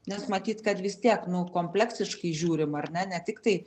nes matyt kad vis tiek nu kompleksiškai žiūrim ar ne ne tiktai